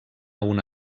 una